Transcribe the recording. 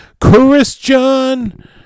Christian